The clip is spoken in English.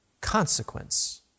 consequence